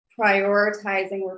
prioritizing